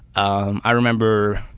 um i remember